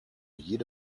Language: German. jede